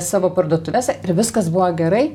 savo parduotuvėse ir viskas buvo gerai